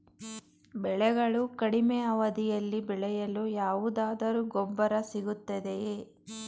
ಬೆಳೆಗಳು ಕಡಿಮೆ ಅವಧಿಯಲ್ಲಿ ಬೆಳೆಯಲು ಯಾವುದಾದರು ಗೊಬ್ಬರ ಸಿಗುತ್ತದೆಯೇ?